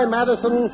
Madison